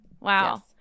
Wow